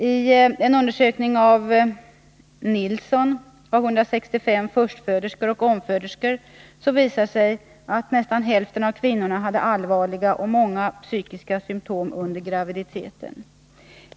I en undersökning av 165 förstföderskor och omföderskor visades att nästan hälften av kvinnorna hade allvarliga och många psykiska symtom under graviditeten.